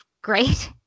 great